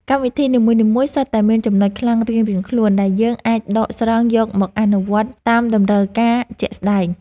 កម្មវិធីនីមួយៗសុទ្ធតែមានចំណុចខ្លាំងរៀងៗខ្លួនដែលយើងអាចដកស្រង់យកមកអនុវត្តតាមតម្រូវការជាក់ស្តែង។